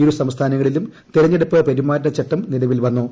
ഇരുസംസ്ഥാനങ്ങളിലുംതെരഞ്ഞെടുപ്പ് പെരുമാറ്റച്ചട്ടം നിലവിൽവന്നു